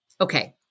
Okay